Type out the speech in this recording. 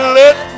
let